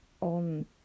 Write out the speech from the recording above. on